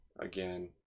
again